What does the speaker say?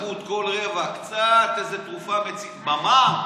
למות כל רגע קצת איזו תרופה, דממה.